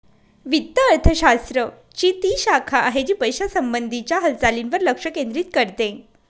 वित्त अर्थशास्त्र ची ती शाखा आहे, जी पैशासंबंधी च्या हालचालींवर लक्ष केंद्रित करते